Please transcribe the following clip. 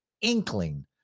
inkling